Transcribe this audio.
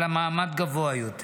אלא ממעמד גבוה יותר,